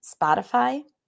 Spotify